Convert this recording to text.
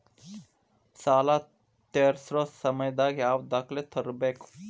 ಸಾಲಾ ತೇರ್ಸೋ ಸಮಯದಾಗ ಯಾವ ದಾಖಲೆ ತರ್ಬೇಕು?